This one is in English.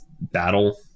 battle